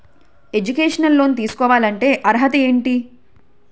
Educational loan తీసుకోవాలంటే అర్హత ఏంటి?